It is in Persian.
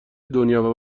دنیا